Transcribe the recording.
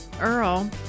Earl